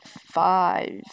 five